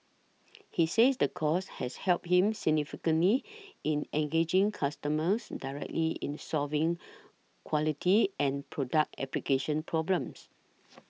he says the course has helped him significantly in engaging customers directly in solving quality and product application problems